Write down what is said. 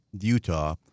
Utah